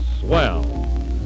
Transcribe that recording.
swell